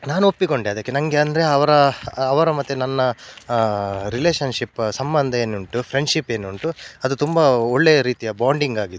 ನಾನು ಒಪ್ಪಿಕೊಂಡೆ ಅದಕ್ಕೆ ನನಗೆ ಅಂದರೆ ಅವರ ಅವರ ಮತ್ತು ನನ್ನ ರಿಲೇಷನ್ಶಿಪ್ ಸಂಬಂಧ ಏನುಂಟು ಫ್ರೆಂಡ್ಶಿಪ್ ಏನುಂಟು ಅದು ತುಂಬ ಒಳ್ಳೆಯ ರೀತಿಯ ಬಾಂಡಿಂಗಾಗಿತ್ತು